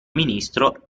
ministro